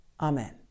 Amen